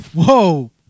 whoa